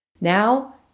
Now